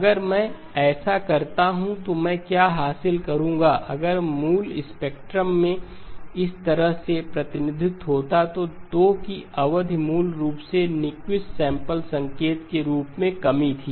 अगर मैं ऐसा करता हूं तो मैं क्या हासिल करूंगा अगर मूल स्पेक्ट्रम में से इस तरह का प्रतिनिधित्व होता तो 2 की अवधि मूल रूप से यह न्यूक्विस्ट सैंपल संकेत के रूप में कम थी